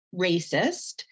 racist